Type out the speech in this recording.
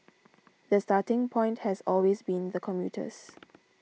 the starting point has always been the commuters